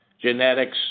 genetics